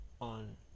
on